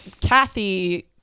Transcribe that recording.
Kathy